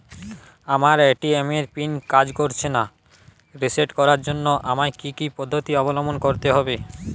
আমার এ.টি.এম এর পিন কাজ করছে না রিসেট করার জন্য আমায় কী কী পদ্ধতি অবলম্বন করতে হবে?